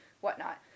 whatnot